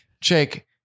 Jake